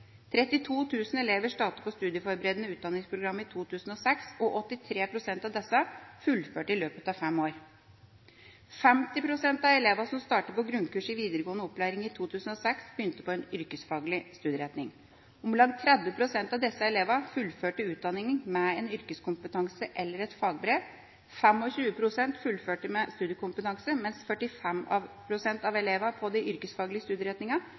elever startet på studieforberedende utdanningsprogram i 2006, og 83 pst. av disse fullførte i løpet av fem år. 50 pst. av elevene som startet på grunnkurs i videregående opplæring i 2006, begynte på en yrkesfaglig studieretning. Om lag 30 pst. av disse elevene fullførte utdanninga med en yrkeskompetanse eller et fagbrev. 25 pst. fullførte med studiekompetanse, mens 45 pst. av elevene på